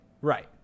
Right